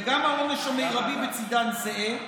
וגם העונש המרבי בצידן זהה.